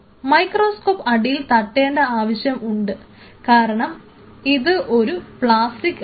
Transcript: microscope അടിയിൽ തട്ടേണ്ട ആവശ്യം ഉണ്ട് കാരണം ഇത് ഒരു ഒരു പ്ലാസ്റ്റിക് ആണ്